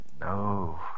no